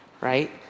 right